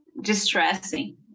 distressing